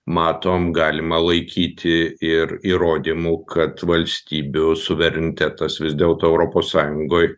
matom galima laikyti ir įrodymu kad valstybių suverenitetas vis dėl to europos sąjungoj